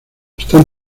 están